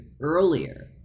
earlier